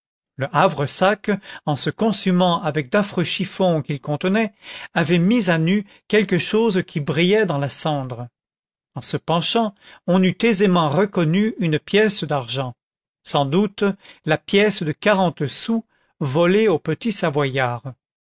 le havresac en se consumant avec d'affreux chiffons qu'il contenait avait mis à nu quelque chose qui brillait dans la cendre en se penchant on eût aisément reconnu une pièce d'argent sans doute la pièce de quarante sous volée au petit savoyard